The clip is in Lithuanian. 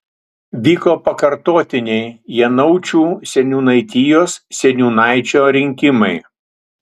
vyko pakartotiniai janaučių seniūnaitijos seniūnaičio rinkimai